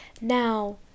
now